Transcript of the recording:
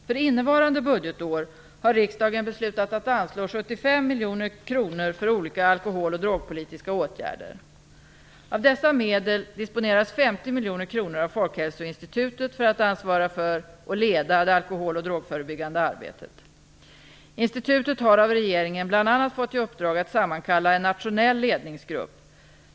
För innevarande budgetår har riksdagen beslutat att anslå 75 miljoner kronor för olika alkohol och drogpolitiska åtgärder. Av dessa medel disponeras 50 miljoner kronor av Folkhälsoinstitutet för att ansvara för och leda det alkohol och drogförebyggande arbetet. Institutet har av regeringen bl.a. fått i uppdrag att sammankalla en nationell ledningsgrupp.